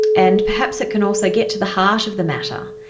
and perhaps it can also get to the heart of the matter,